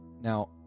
Now